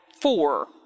four